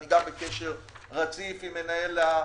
ואני גם בקשר רציף עם הבעלים,